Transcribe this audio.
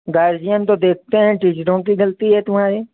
guardian तो देखते हैं टीचरों की गलती है तुम्हारे